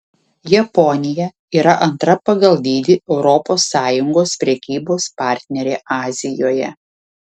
japonija yra antra pagal dydį europos sąjungos prekybos partnerė azijoje